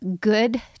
good